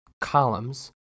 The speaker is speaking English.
columns